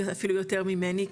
אפילו יותר ממני.